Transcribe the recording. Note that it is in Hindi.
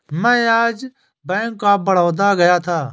मैं आज बैंक ऑफ बड़ौदा गया था